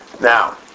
Now